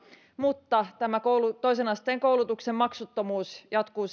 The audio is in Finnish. mutta tämä toisen asteen koulutuksen maksuttomuus jatkuu